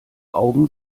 augen